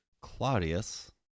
Claudius